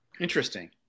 interesting